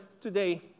today